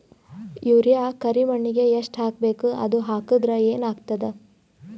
Urea ಕರಿಮಣ್ಣಿಗೆ ಎಷ್ಟ್ ಹಾಕ್ಬೇಕ್, ಅದು ಹಾಕದ್ರ ಏನ್ ಆಗ್ತಾದ?